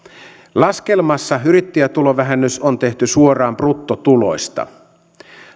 laskelmassa yrittäjätulovähennys on tehty suoraan bruttotuloista